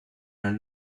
are